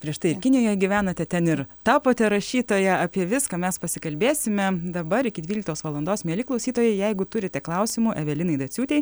prieš tai ir kinijoje gyvenote ten ir tapote rašytoja apie viską mes pasikalbėsime dabar iki dvyliktos valandos mieli klausytojai jeigu turite klausimų evelinai daciūtei